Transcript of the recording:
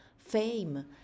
fame